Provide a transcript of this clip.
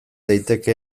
daiteke